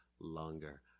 longer